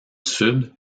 sud